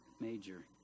major